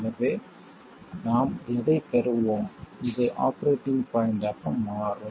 எனவே நாம் எதைப் பெறுவோம் இது ஆபரேட்டிங் பாய்ண்ட் ஆக மாறும்